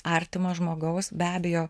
artimo žmogaus be abejo